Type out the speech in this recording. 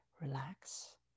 relax